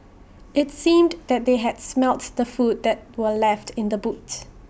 IT seemed that they had smelt the food that were left in the boot